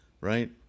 Right